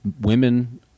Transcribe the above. women